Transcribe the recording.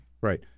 Right